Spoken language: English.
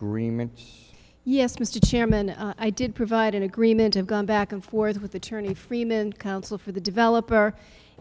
agreement yes mr chairman i did provide an agreement have gone back and forth with attorney freeman counsel for the developer